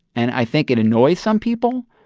and i think it annoys some people.